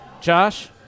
Josh